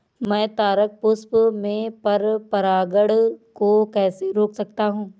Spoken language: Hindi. मैं तारक पुष्प में पर परागण को कैसे रोक सकता हूँ?